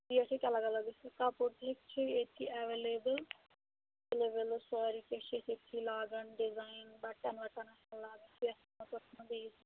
rate ہیٚکہِ الگ الگ گٔژھِتھ کَپُر تہِ چھِ ییٚتی ایویلیبٕل سورُے کیٚنٛہہ چھِ أسۍ ییٚتی لاگَان ڈِزایِن بَٹَن وٹن آسن لاگٕنۍ پرٛٮ۪تھ کینٛہہ